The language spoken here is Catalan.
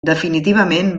definitivament